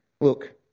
Look